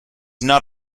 not